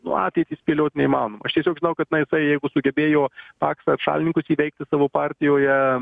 nu ateitį spėliot neįmanoma aš tiesiog žinau kad na jisai jeigu sugebėjo paksą šalininkus įveikti savo partijoje